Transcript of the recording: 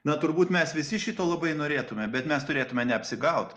na turbūt mes visi šito labai norėtume bet mes turėtume neapsigaut